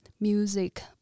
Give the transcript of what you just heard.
music